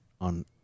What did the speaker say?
on